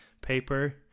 paper